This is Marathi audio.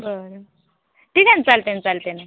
बरं ठीक आहे ना चालते ना चालते ना